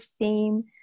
theme